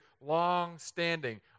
long-standing